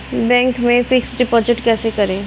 Bank में fix deposit कैसे करें?